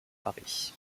paris